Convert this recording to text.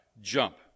Jump